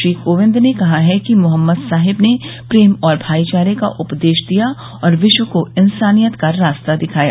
श्री कोविंद ने कहा है कि मोहम्मद साहेब ने प्रेम और भाईचारे का उपदेश दिया और विश्व को इंसानियत का रास्ता दिखाया